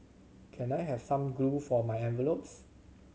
can I have some glue for my envelopes